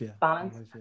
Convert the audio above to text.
balance